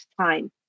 time